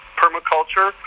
permaculture